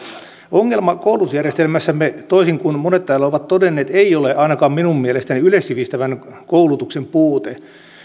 ongelma koulutusjärjestelmässämme toisin kuin monet täällä ovat todenneet ei ole ainakaan minun mielestäni yleissivistävän koulutuksen puute